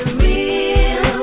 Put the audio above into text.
real